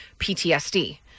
PTSD